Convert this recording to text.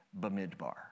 Bamidbar